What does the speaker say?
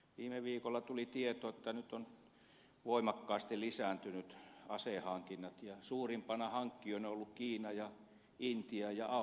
viime viikolla tuli tieto että nyt ovat voimakkaasti lisääntyneet asehankinnat ja suurimpina hankkijoina ovat olleet kiina intia ja afrikka